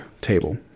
table